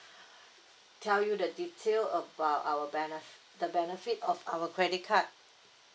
tell you the detail about our benef~ the benefit of our credit card